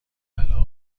علاقه